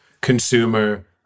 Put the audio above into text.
consumer